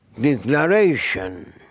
declaration